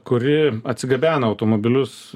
kuri atsigabena automobilius